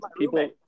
people